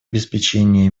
обеспечения